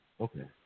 Okay